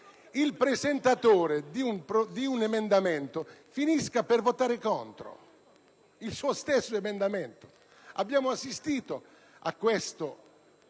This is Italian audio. il presentatore di un emendamento finisce per votare contro il suo stesso emendamento: abbiamo assistito più volte